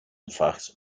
fact